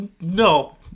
no